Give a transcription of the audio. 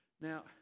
Now